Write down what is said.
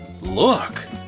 Look